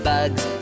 Bugs